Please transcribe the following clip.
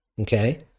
Okay